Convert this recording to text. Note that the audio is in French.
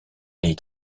les